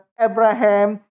Abraham